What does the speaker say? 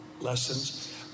lessons